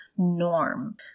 Norm